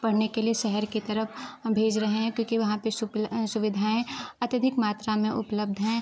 पढ़ने के लिए शहर की तरफ भेज रहे हैं क्योंकि वहाँ पर सुपील सुविधाएं अत्यधिक मात्रा में उपलब्ध हैं